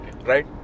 right